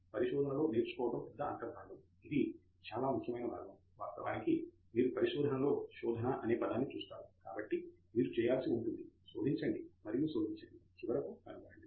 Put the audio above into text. పరిశోధనలో నేర్చుకోవడం పెద్ద అంతర్భాగం ఇది చాలా ముఖ్యమైన భాగం వాస్తవానికి మీరు పరిశోధనలో శోధన అనే పదాన్ని చూస్తారు కాబట్టి మీరు చేయాల్సి ఉంటుంది శోధించండి మరియు శోధించండి చివరకు కనుగొనండి